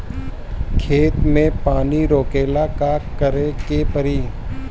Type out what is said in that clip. खेत मे पानी रोकेला का करे के परी?